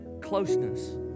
closeness